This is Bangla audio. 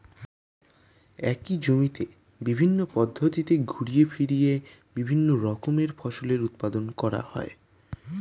একই জমিতে বিভিন্ন পদ্ধতিতে ঘুরিয়ে ফিরিয়ে বিভিন্ন রকমের ফসলের উৎপাদন করা হয়